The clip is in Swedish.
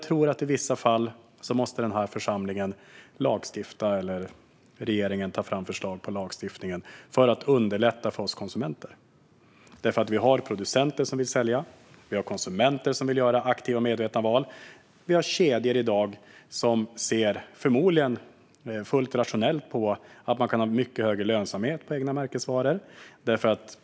I vissa fall måste nog också denna församling lagstifta - regeringen måste ta fram förslag på lagstiftning - för att underlätta för oss konsumenter. Det finns nämligen producenter som vill sälja, konsumenter som vill göra aktiva och medvetna val och kedjor som, förmodligen fullt rationellt, ser att de kan få mycket högre lönsamhet på egna märkesvaror.